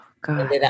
God